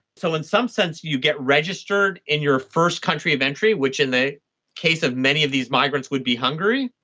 so in some sense you get registered in your first country of entry, which in the case of many of these migrants would be hungary,